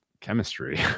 chemistry